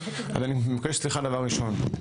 אז אני מבקש סליחה דבר ראשון.